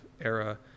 era